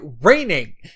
raining